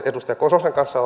edustaja kososen kanssa